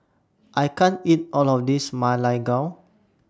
I can't eat All of This Ma Lai Gao